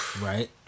Right